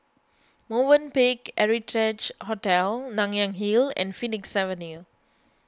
Movenpick Heritage Hotel Nanyang Hill and Phoenix Avenue